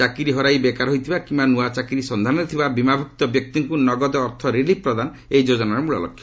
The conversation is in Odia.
ଚାକିରୀ ହରାଇ ବେକାର ହୋଇଥିବା କିମ୍ବା ନୂଆ ଚାକିରୀ ସନ୍ଧାନରେ ଥିବା ବୀମାଭୂକ୍ତ ବ୍ୟକ୍ତିଙ୍କୁ ନଗଦ ଅର୍ଥ ରିଲିଫ୍ ପ୍ରଦାନ ଏହି ଯୋଜନାର ମୂଳଲକ୍ଷ୍ୟ